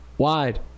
wide